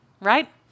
Right